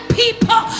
people